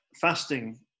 fasting